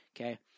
okay